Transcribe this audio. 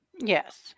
yes